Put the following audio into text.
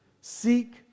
Seek